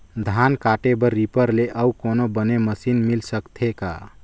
धान काटे बर रीपर ले अउ कोनो बने मशीन मिल सकथे का?